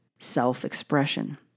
self-expression